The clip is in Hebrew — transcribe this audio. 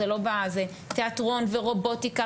תיאטרון ורובוטיקה,